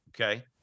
okay